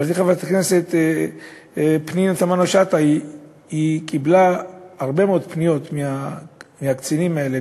חברתי חברת הכנסת פנינה תמנו-שטה קיבלה הרבה מאוד פניות מהקצינים האלה,